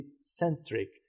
centric